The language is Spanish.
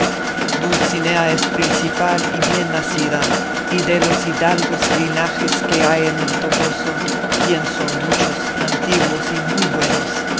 dulcinea es principal y bien nacida y de los hidalgos linajes que hay en el toboso que son muchos antiguos y muy buenos